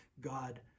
God